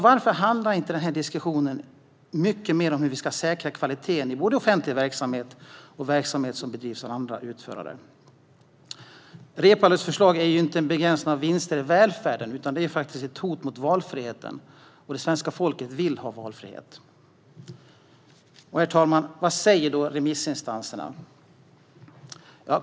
Varför handlar inte diskussionen mycket mer om hur vi ska säkra kvaliteten i både offentlig verksamhet och verksamhet som bedrivs av andra utförare? Reepalus förslag är inte en begränsning av vinster i välfärden utan ett hot mot valfriheten, och svenska folket vill ha valfrihet. Herr talman! Vad säger remissinstanserna?